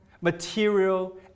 material